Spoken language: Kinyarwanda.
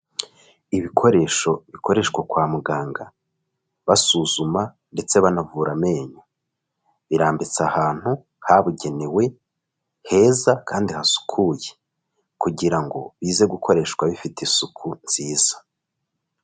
Ibikoresho bikoreshwa kwa muganga basuzuma ndetse banavura amenyo. Birambitse ahantu habugenewe, heza kandi hasukuye, kugira ngo bize gukoreshwa bifite isuku nziza.